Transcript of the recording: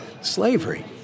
slavery